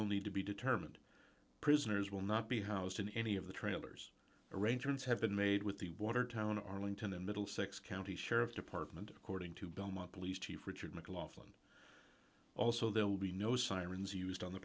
will need to be determined prisoners will not be housed in any of the trailers arrangements have been made with the watertown arlington the middlesex county sheriff's department according to belmont police chief richard mclachlan also there will be no sirens used on the